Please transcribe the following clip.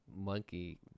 monkey